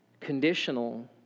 conditional